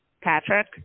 Patrick